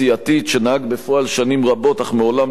שנהג בפועל שנים רבות אך מעולם לא עוגן,